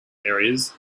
areas